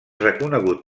reconegut